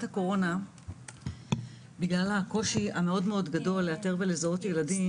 הקורונה בגלל הקושי הגדול לזהות ולאתר ילדים,